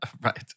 Right